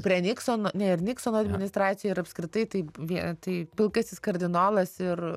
prie niksono ir niksono administracijoj ir apskritai tai vien tai pilkasis kardinolas ir